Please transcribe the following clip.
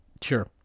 Sure